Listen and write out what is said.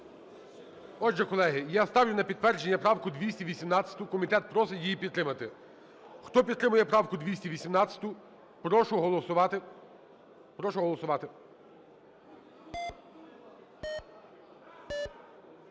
Отже, колеги, я ставлю на підтвердження правку 218. Комітет просить її підтримати. Хто підтримує правку 218, прошу голосувати.